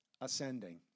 ascending